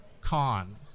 Con